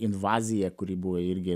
invaziją kuri buvo irgi